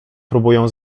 próbują